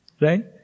Right